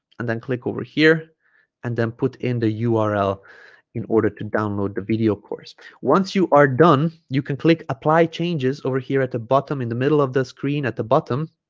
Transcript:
and then click over here and then put in the ah url in order to download the video course once you are done you can click apply changes over here at the bottom in the middle of the screen at the bottom